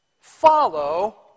follow